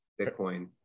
bitcoin